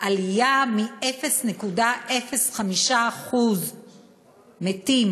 עלייה מ-0.05% מתים